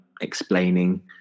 explaining